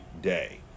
day